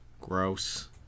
Gross